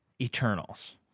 Eternals